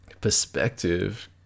perspective